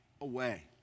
away